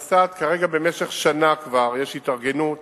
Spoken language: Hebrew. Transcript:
כרגע, במשך שנה כבר, יש התארגנות